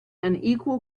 unequal